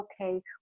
Okay